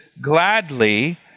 gladly